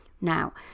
Now